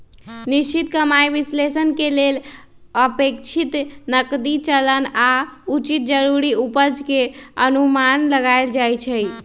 निश्चित कमाइ विश्लेषण के लेल अपेक्षित नकदी चलन आऽ उचित जरूरी उपज के अनुमान लगाएल जाइ छइ